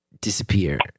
disappear